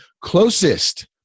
closest